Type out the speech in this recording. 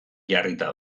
jarrita